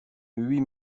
huit